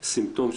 סימפטום,